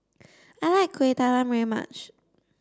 I like Kuih Talam very much